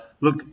look